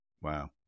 Wow